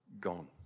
gone